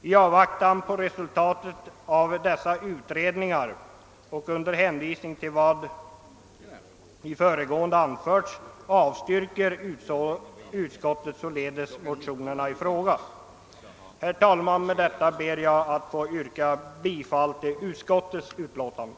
I avvaktan på resultatet av dessa utredningar och under hänvisning jämväl till vad i det föregående anförts avstyrker utskottet således motionerna i fråga.» Herr talman! Med detta ber jag att få yrka bifall till utskottets hemställan.